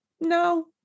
no